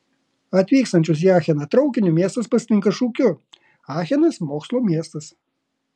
atvykstančius į acheną traukiniu miestas pasitinka šūkiu achenas mokslo miestas